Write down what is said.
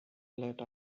let